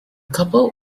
couple